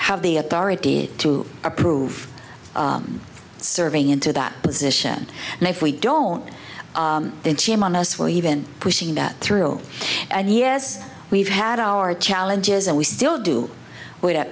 have the authority to approve serving into that position and if we don't then shame on us we'll even pushing that through and yes we've had our challenges and we still do without